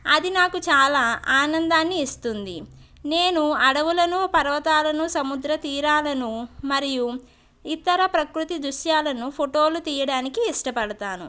అది నాకు చాలా ఆనందాన్ని ఇస్తుంది నేను అడవులను పర్వతాలను సముద్ర తీరాలను మరియు ఇతర ప్రకృతి దృశ్యాలను ఫోటోలు తీయడానికి ఇష్టపడతాను